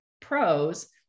pros